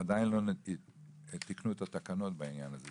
עדיין לא תיקנו את התקנות בעניין הזה,